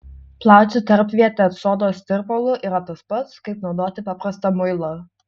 plauti tarpvietę sodos tirpalu yra tas pats kaip naudoti paprastą muilą